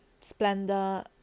splendor